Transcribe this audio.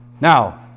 Now